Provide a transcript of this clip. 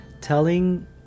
telling